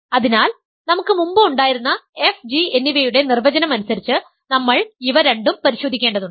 അതിനാൽ നമുക്ക് മുമ്പ് ഉണ്ടായിരുന്ന f g എന്നിവയുടെ നിർവചനം അനുസരിച്ച് നമ്മൾ ഇവ രണ്ടും പരിശോധിക്കേണ്ടതുണ്ട്